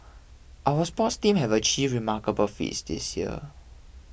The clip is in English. our sports teams have achieved remarkable feats this year